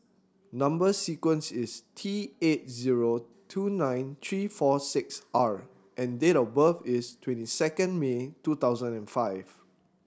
number sequence is T eight zero two nine three four six R and date of birth is twenty second May two thousand and five